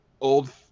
old